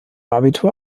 abitur